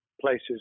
places